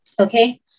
Okay